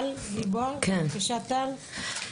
בבקשה, טל גלבוע.